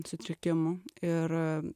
sutrikimų ir